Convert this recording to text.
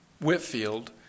Whitfield